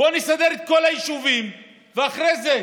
בואו נסדר את כל היישובים ואחרי זה